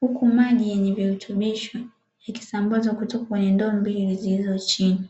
huku maji yenye virutubisho yakisambazwa kutoka kwenye ndoo mbili zilizo chini.